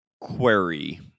query